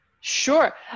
Sure